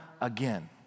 again